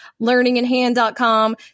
learninginhand.com